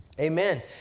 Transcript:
amen